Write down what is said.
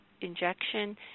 injection